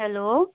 hello